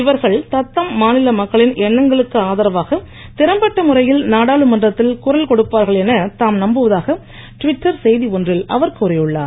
இவர்கள் தத்தம் மாநில மக்களின் எண்ணங்களுக்கு ஆதரவாக திறம்பட்ட முறையில் நாடாளுமன்றத்தில் குரல் கொடுப்பார்கள் என தாம் நம்புவதாக டுவிட்டர் செய்தி ஒன்றில் அவர் கூறியுள்ளார்